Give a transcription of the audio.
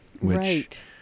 Right